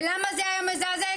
ולמה זה היה מזעזע?